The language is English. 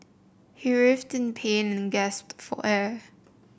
he writhed in pain and gasped for air